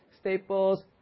staples